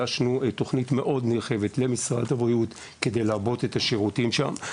הגשנו תוכנית נרחבת מאוד למשרד הבריאות כדי לעבות את השירותים שם.